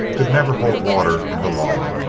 could never hold water in the law.